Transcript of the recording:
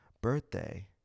birthday